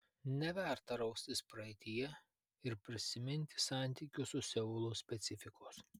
neverta raustis praeityje ir prisiminti santykių su seulu specifikos